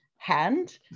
hand